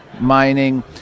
mining